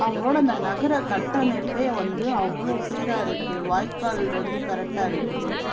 அவங்களோட அந்த நகர கட்டமைப்பே வந்து அவ்வளோ சீராக இருக்குது வாய்க்கால் வந்து கரெக்டாக இருக்குது